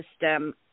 system